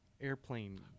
airplane